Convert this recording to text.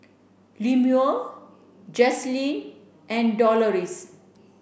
Lemuel Jaslene and Doloris